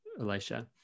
Elisha